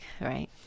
right